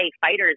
fighters